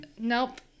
Nope